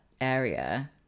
area